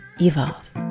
evolve